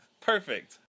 Perfect